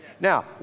now